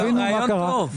זה רעיון טוב.